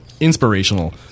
inspirational